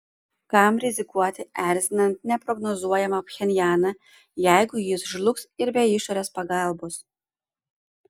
kam rizikuoti erzinant neprognozuojamą pchenjaną jeigu jis žlugs ir be išorės pagalbos